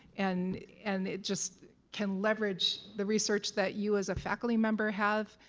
and and it just can leverage the research that you as a faculty member have.